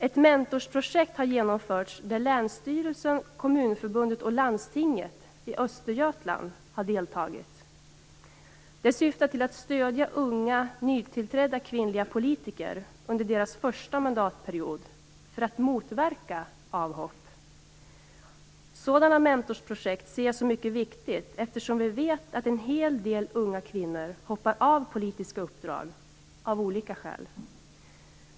Ett mentorsprojekt har genomförts där Länsstyrelsen, Kommunförbundet och Landstinget i Östergötlands län har deltagit. Det syftar till att stödja unga, nytillträdda kvinnliga politiker under deras första mandatperiod för att motverka avhopp. Sådana mentorsprojekt ser jag som mycket viktiga eftersom vi vet att en hel del unga kvinnor hoppar av politiska uppdrag av olika skäl.